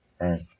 Right